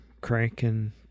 cranking